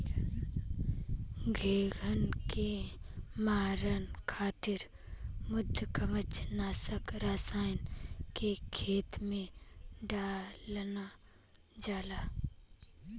घोंघन के मारे खातिर मृदुकवच नाशक रसायन के खेत में डालल जाला